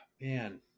man